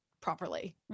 properly